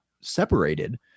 separated